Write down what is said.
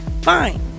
Fine